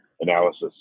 analysis